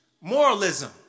moralism